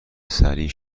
سریع